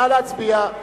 נא להצביע.